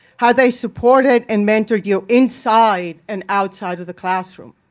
how they supported and mentored you inside and outside of the classroom.